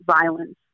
violence